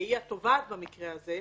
שהיא התובעת במקרה הזה,